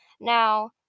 Now